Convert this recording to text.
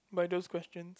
by those questions